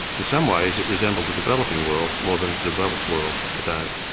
in some ways it resembled the developing world more than the developed world of today.